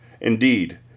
Indeed